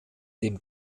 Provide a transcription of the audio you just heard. dem